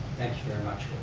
thank you very much.